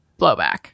blowback